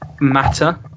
matter